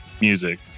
music